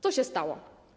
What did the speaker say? Co się stało?